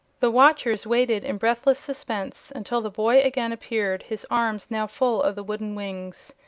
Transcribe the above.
the watchers waited in breathless suspense until the boy again appeared, his arms now full of the wooden wings.